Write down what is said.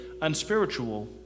unspiritual